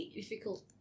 difficult